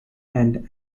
and